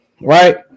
right